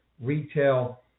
retail